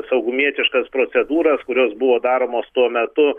saugumietiškas procedūras kurios buvo daromos tuo metu